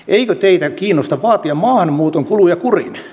eikö teitä kiinnosta vaatia maahanmuuton kuluja kuriin